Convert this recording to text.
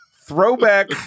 Throwback